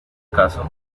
caso